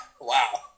wow